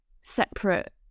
separate